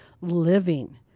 living